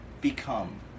become